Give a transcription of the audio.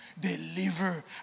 Deliver